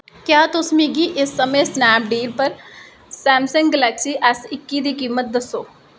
क्या तुस मिगी इस समें स्नैपडील पर सैमसंग गैलेक्सी ऐस्स इक्की दी कीमत दस्सो